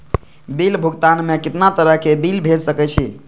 Bill भुगतान में कितना तरह के बिल भेज सके छी?